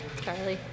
Charlie